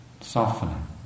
softening